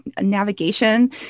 navigation